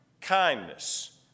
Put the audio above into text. kindness